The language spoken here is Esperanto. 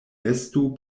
estu